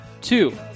Two